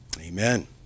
Amen